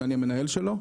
שאני המנהל שלו.